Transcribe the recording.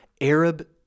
Arab